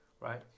Right